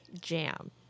jam